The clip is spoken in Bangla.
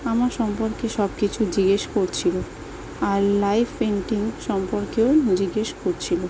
আমার সম্পর্কে সব কিছু জিজ্ঞেস করছিল আর লাইভ পেন্টিং সম্পর্কেও জিজ্ঞেস করছিল